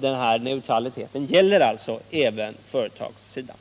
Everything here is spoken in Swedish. denna neutralitet även gäller företagssidan.